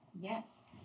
Yes